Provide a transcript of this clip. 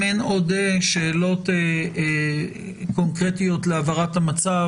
אם אין עוד שאלות קונקרטיות להבהרת המצב,